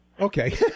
Okay